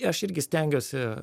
aš irgi stengiuosi